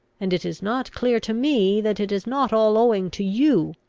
and it is not clear to me that it is not all owing to you.